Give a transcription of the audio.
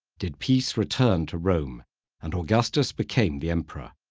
did peace return to rome and augustus became the emperor.